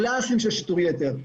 קלאסיים, של שיטור יתר.